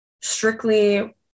strictly